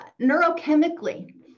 Neurochemically